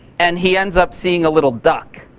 and he ends up seeing a little duck,